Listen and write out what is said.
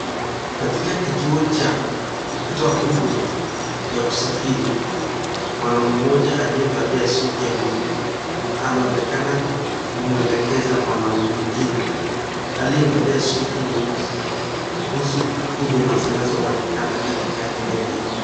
Katika kituo cha kutoa huduma ya kusafiri mwanaume mmoja aliyevalia suti ya buluu anaonekana kumwelekeza mwanaume mwingine aliyevalia suti nyeusi kuhusu huduma zinazopatikana katika eneo hili.